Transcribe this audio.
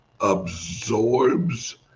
absorbs